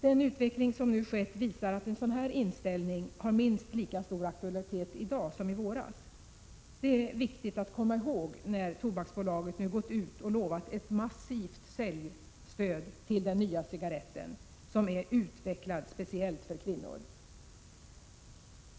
Den utveckling som nu skett visar att en sådan här inställning har minst lika stor aktualitet i dag som i våras. Detta är viktigt att komma ihåg när Tobaksbolaget nu gått ut och lovat ett massivt säljstöd till den nya cigaretten som är ”utvecklad speciellt för kvinnor”.